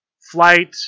flight